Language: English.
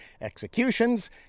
executions